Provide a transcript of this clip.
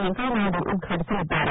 ವೆಂಕಯ್ಯನಾಯ್ದು ಉದ್ಘಾಟಿಸಲಿದ್ದಾರೆ